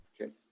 okay